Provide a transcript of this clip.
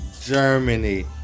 Germany